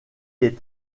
est